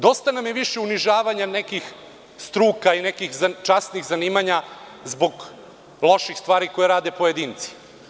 Dosta nam je više unižavanja nekih struka i nekih časnih zanimanja zbog loših stvari koje rade pojedinci.